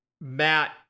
Matt